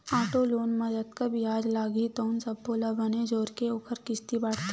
auto loan म जतका बियाज लागही तउन सब्बो ल बने जोरके ओखर किस्ती बाटथे